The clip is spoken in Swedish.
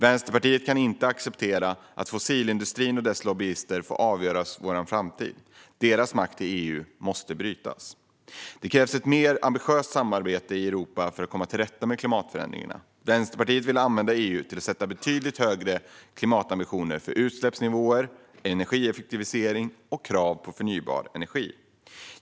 Vänsterpartiet kan inte acceptera att fossilindustrin och dess lobbyister får avgöra vår framtid. Deras makt i EU måste brytas. Det krävs ett mer ambitiöst samarbete i Europa för att komma till rätta med klimatförändringarna. Vänsterpartiet vill använda EU till att sätta betydligt högre klimatambitioner för utsläppsnivåer, energieffektivisering och krav på förnybar energi.